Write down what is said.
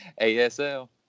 ASL